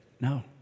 no